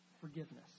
Forgiveness